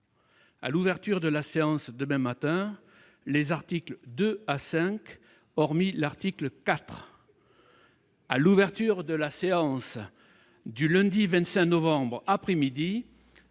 à l'ouverture de la séance demain matin, les articles 2 à 5, hormis l'article 4 ; à l'ouverture de la séance du lundi 25 novembre après-midi,